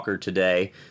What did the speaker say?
today